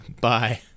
Bye